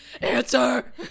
answer